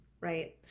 right